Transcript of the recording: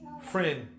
friend